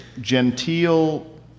genteel